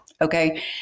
okay